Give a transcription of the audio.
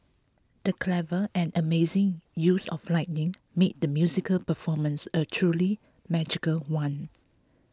the clever and amazing use of lighting made the musical performance a truly magical one